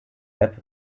app